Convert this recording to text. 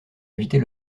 éviter